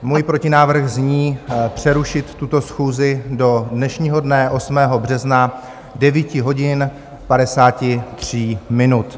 Můj protinávrh zní přerušit tuto schůzi do dnešního dne 8. března 9 hodin 53 minut.